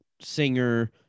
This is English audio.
singer